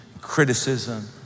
criticism